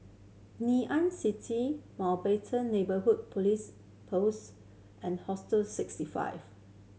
Ngee Ann City Mountbatten Neighbourhood Police Post and Hostel Sixty Five